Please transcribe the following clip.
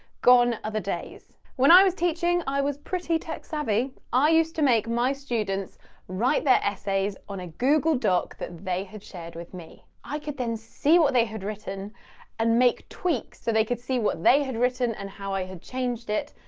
gone are the days. when i was teaching i was pretty tech savvy. i used to make my students write essays on a google doc that they had shared with me. i could then see what they had written and make tweaks so they could see what they had written and how i had changed it,